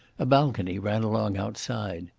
a balcony ran along outside.